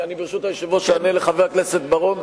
ברשות היושב-ראש, אני אענה לחבר הכנסת בר-און.